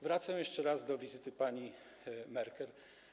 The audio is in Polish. Wracam jeszcze raz do wizyty pani Merkel.